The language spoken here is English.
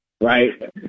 right